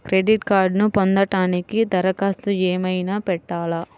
Credit కార్డ్ను పొందటానికి దరఖాస్తు ఏమయినా పెట్టాలా?